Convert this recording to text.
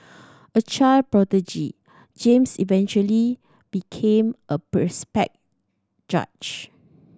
a child prodigy James eventually became a judge